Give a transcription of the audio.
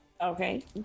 Okay